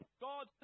god